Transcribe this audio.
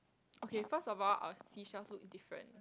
okay first of all our seashell so different